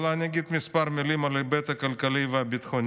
אבל אני אגיד כמה מילים על ההיבט הכלכלי והביטחוני.